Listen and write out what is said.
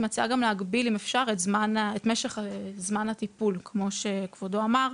אני מציעה גם להגביל אם אפשר את משך זמן הטיפול כמו שכבודו אמר.